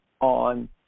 on